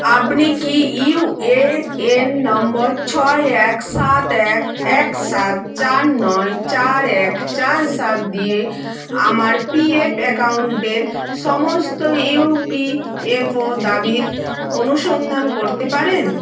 আবনি কি U A N number ছয় এক সাত এক এক সাত চার নয় চার এক চার সাত দিয়ে আমার পি এফ অ্যাকাউন্টের সমস্ত ইউ পি এফ ও দাবির অনুসন্ধান করতে পারেন